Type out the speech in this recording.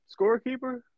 scorekeeper